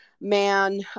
man